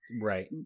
Right